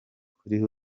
kuri